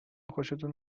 خوشتون